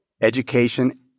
education